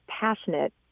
passionate